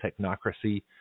technocracy